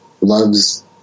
loves